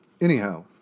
Anyhow